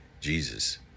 Jesus